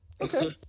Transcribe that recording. okay